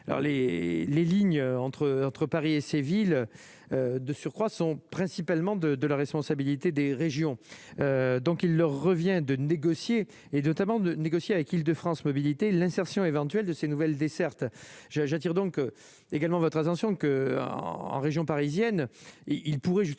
les lignes entre entre Paris et ses villes de surcroît sont principalement de de la responsabilité des régions donc il leur revient de négocier et notamment de négocier avec Île-de-France mobilités l'insertion éventuelle de ces nouvelles dessertes je j'attire donc également votre attention que en région parisienne et il pourrait justement